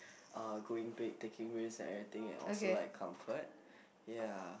uh going big taking risk and everything and also like comfort